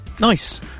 Nice